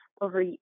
over